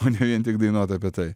o ne vien tik dainuot apie tai